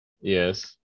Yes